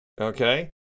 Okay